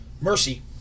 Mercy